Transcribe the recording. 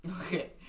Okay